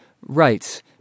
Right